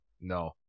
no